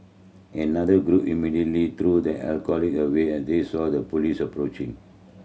another group immediately threw the alcohol away as they saw the police approaching